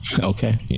Okay